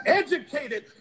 educated